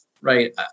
Right